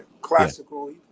classical